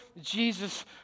Jesus